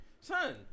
Son